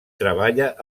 treballa